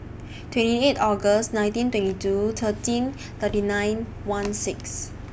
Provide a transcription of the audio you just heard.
twenty eight August nineteen twenty two thirteen thirty nine one six